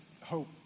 hope